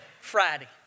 Friday